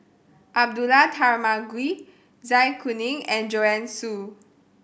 Abdullah Tarmugi Zai Kuning and Joanne Soo